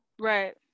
right